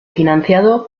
financiado